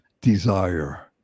desire